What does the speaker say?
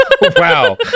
Wow